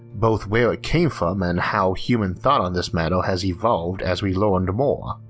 both where it came from and how human thought on this matter has evolved as we learned more.